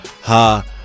ha